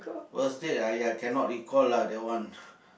worst date !aiya! cannot recall lah that one